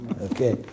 Okay